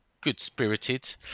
good-spirited